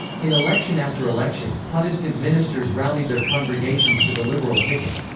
in election after election, protestant ministers rallied their congregations to the liberal ticket.